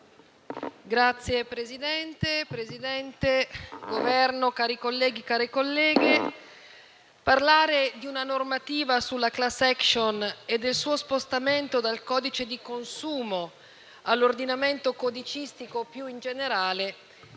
Signor Presidente, rappresentanti del Governo, care colleghe e cari colleghi, parlare di una normativa sulla *class action* e del suo spostamento dal codice di consumo all'ordinamento codicistico più in generale